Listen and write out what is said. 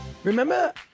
Remember